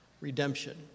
redemption